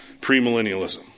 premillennialism